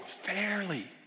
fairly